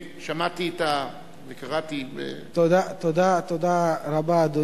אדוני היושב-ראש, תודה רבה,